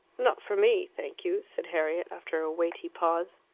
not for me, thank you, said harriet, after a weighty pause.